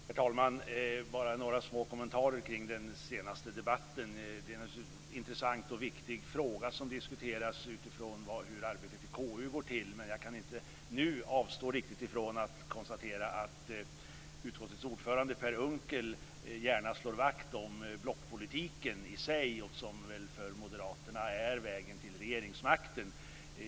Herr talman! Jag har bara några små kommentarer kring den senaste debatten. Det är en intressant och viktig fråga som diskuteras utifrån hur arbetet i KU går till, men jag kan inte avstå från att nu konstatera att utskottets ordförande Per Unckel gärna slår vakt om blockpolitiken i sig - och som väl för Moderaterna är vägen till regeringsmakten.